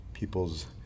People's